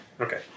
Okay